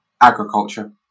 agriculture